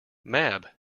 mab